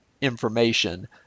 information